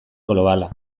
globala